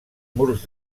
murs